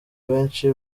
benshi